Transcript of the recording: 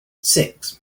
six